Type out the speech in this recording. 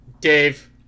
Dave